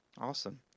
awesome